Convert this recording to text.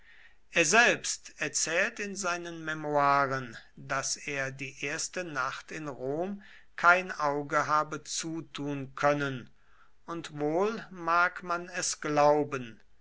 er selbst erzählt in seinen memoiren daß er die erste nacht in rom kein auge habe zutun können und wohl mag man es glauben